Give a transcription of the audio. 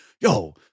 Yo